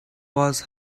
was